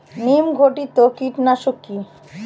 নিম ঘটিত কীটনাশক কি?